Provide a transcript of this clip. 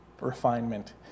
refinement